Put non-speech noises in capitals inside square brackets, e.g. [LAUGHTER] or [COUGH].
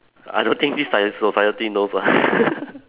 I don't think this ci~ society knows lah [LAUGHS]